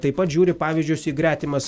taip pat žiūri pavyzdžius į gretimas